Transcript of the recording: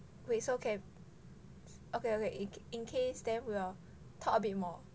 okay so can okay okay in case them we'll talk a bit more